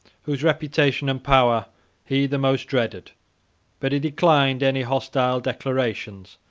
whose reputation and power he the most dreaded but he declined any hostile declarations,